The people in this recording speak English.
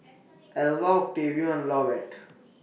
Elva Octavio and Lovett